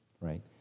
right